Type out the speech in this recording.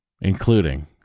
including